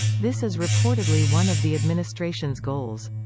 this is reportedly one of the administration's goals.